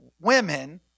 Women